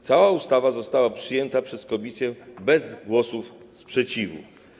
Cała ustawa została przyjęta przez komisję bez głosów sprzeciwu.